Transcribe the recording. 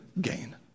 gain